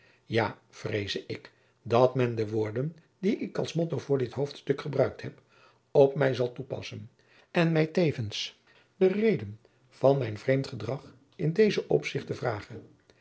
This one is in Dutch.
ja vreeze ik dat men de woorden die ik als motto voor dit hoofdstuk gebruikt heb op mij zal toepassen en mij teffens de reden van mijn vreemd gedrag te dezen opzichte vrage